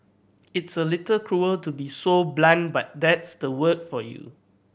it's a little cruel to be so blunt but that's the world for you